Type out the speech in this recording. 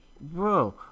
bro